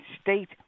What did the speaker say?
state